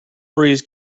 breeze